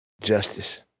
Justice